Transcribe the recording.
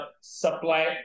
supply